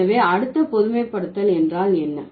எனவே அடுத்த பொதுமைப்படுத்தல் என்றால் என்ன